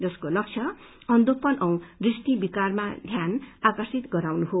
जसको लक्ष्य अन्धोपन औ दृष्टि विकारमा ध्यान आकर्षित गर्नु हो